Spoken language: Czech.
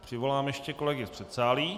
Přivolám ještě kolegy z předsálí.